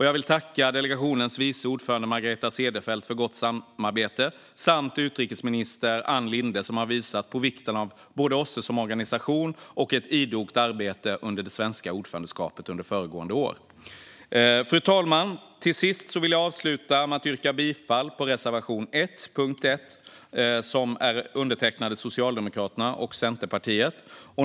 Jag vill också tacka delegationens vice ordförande Margareta Cederfelt för ett gott samarbete och utrikesminister Ann Linde, som har visat på vikten både av OSSE som organisation och av ett idogt arbete under det svenska ordförandeskapet under föregående år. Fru talman! Jag vill avsluta med att yrka bifall till reservation 1 under punkt 1, som är undertecknad av Socialdemokraterna och Centerpartiet.